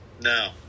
No